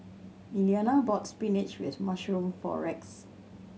Iliana bought spinach with mushroom for Rex